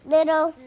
Little